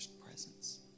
presence